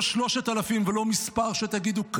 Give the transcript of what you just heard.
לא 3,000 ולא מספר שתגידו.